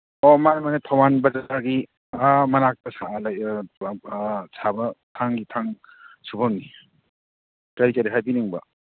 ꯑꯣ ꯃꯥꯅꯦ ꯃꯥꯅꯦ ꯊꯧꯕꯥꯜ ꯕꯖꯥꯔꯒꯤ ꯑꯥ ꯃꯅꯛꯇ ꯁꯥꯕ ꯊꯥꯡꯒꯤ ꯊꯥꯡ ꯁꯨꯕꯝꯅꯤ ꯀꯔꯤ ꯀꯔꯤ ꯍꯥꯏꯕꯤꯅꯤꯡꯕ